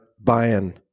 buying